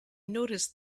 noticed